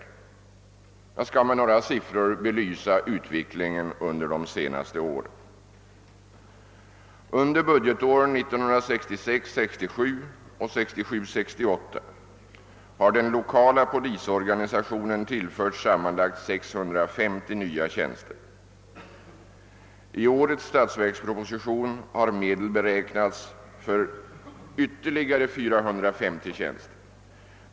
Jag skall här med några siffror belysa utvecklingen under de senaste åren. Under budgetåren 1966 68 har den lokala polisorganisationen tillförts sammanlagt 650 nya tjänster. I årets statsverksproposition har medel beräknats för ytterligare 450 tjänster.